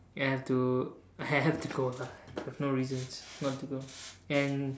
ya I have to I have have to go lah I have no reasons not to go and